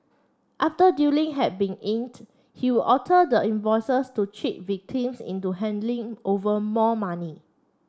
after dealing had been inked he would alter the invoices to cheat victims into handing over more money